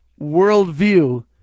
worldview